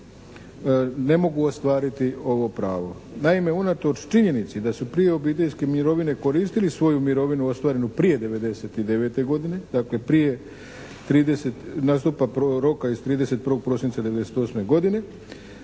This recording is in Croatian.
ne mogu ostvariti ovo pravo. Naime, unatoč činjenici da su prije obiteljske mirovine koristili svoju mirovinu ostvarenu prije '99. godine. Dakle, prije nastupa roka iz 31. prosinca '98. godine